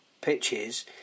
pitches